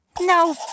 No